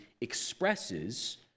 expresses